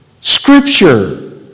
Scripture